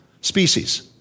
Species